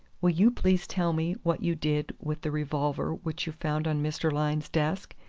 will you please tell me what you did with the revolver which you found on mr. lyne's desk?